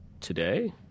today